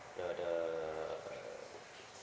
the the